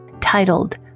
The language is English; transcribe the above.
titled